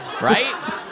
Right